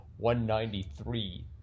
193